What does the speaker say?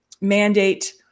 mandate